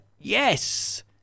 yes